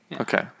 Okay